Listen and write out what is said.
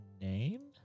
name